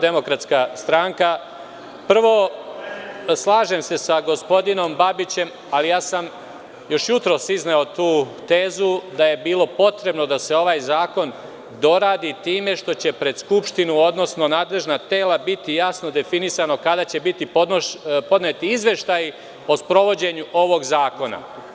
Prvo, slažem se sa gospodinom Babićem, ali ja sam još jutros izneo tu tezu da je bilo potrebno da se ovaj zakon doradi time što će pred Skupštinu odnosno nadležna tela biti jasno definisano kada će biti podneti izveštaji o sprovođenju ovog zakona.